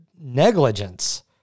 negligence